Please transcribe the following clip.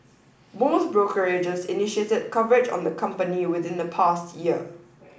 most brokerages initiated coverage on the company within the past year